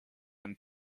and